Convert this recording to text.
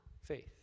faith